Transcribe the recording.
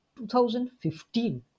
2015